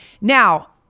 Now